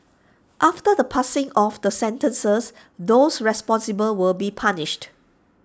after the passing of the sentences those responsible will be punished